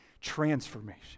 transformation